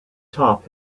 top